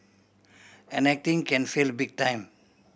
and acting can fail big time